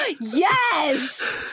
Yes